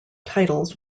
titles